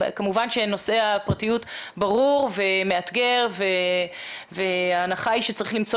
כמובן שנושא הפרטיות ברור ומאתגר וההנחה היא שצריך למצוא